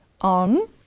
on